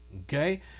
okay